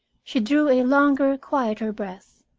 she drew a longer, quieter breath,